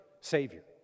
Savior